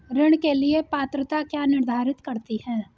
ऋण के लिए पात्रता क्या निर्धारित करती है?